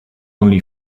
only